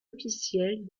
officielle